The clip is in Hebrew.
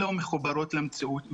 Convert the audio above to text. לא מחוברות למציאות,